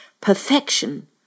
perfection